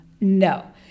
no